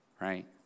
Right